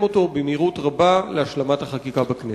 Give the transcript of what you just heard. אותו במהירות רבה להשלמת החקיקה בכנסת.